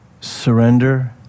surrender